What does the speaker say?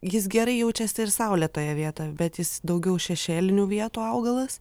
jis gerai jaučiasi ir saulėtoje vietoje bet jis daugiau šešėlinių vietų augalas